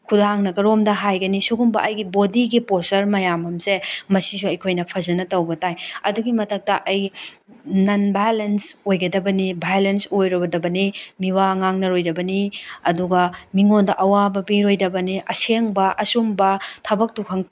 ꯈꯨꯗꯥꯡꯅ ꯀꯔꯣꯝꯗ ꯍꯥꯏꯒꯅꯤ ꯁꯨꯒꯨꯝꯕ ꯑꯩꯒꯤ ꯕꯣꯗꯤꯒꯤ ꯄꯣꯁꯇꯔ ꯃꯌꯥꯝ ꯑꯃꯁꯦ ꯃꯁꯤꯁꯨ ꯑꯩꯈꯣꯏꯅ ꯐꯖꯅ ꯇꯧꯕ ꯇꯥꯏ ꯑꯗꯨꯒꯤ ꯃꯊꯛꯇ ꯑꯩ ꯅꯟ ꯚꯥꯏꯂꯦꯟꯁ ꯑꯣꯏꯒꯗꯕꯅꯤ ꯚꯥꯏꯂꯦꯟꯁ ꯑꯣꯏꯔꯣꯏꯗꯕꯅꯤ ꯃꯤꯋꯥ ꯉꯥꯡꯅꯔꯣꯏꯗꯕꯅꯤ ꯑꯗꯨꯒ ꯃꯤꯉꯣꯟꯗ ꯑꯋꯥꯕ ꯄꯤꯔꯣꯏꯗꯕꯅꯤ ꯑꯁꯦꯡꯕ ꯑꯆꯨꯝꯕ ꯊꯕꯛꯇꯣ ꯈꯛꯇꯪ